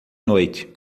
noite